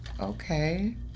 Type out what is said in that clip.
okay